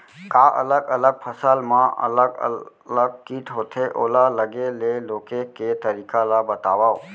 का अलग अलग फसल मा अलग अलग किट होथे, ओला लगे ले रोके के तरीका ला बतावव?